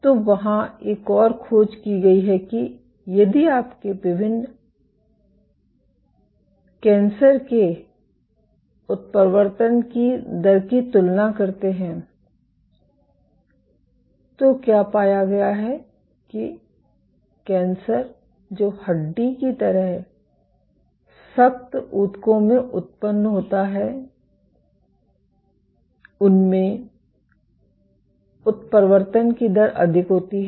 तो वहाँ एक और खोज की गई है कि यदि आप विभिन्न कैंसर के उत्परिवर्तन दर की तुलना करते हैं तो क्या पाया गया है कि कैंसर जो हड्डी की तरह सख्त ऊतकों में उत्पन्न होता है उनमें उत्परिवर्तन की दर अधिक होती है